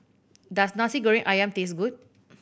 does Nasi Goreng Ayam taste good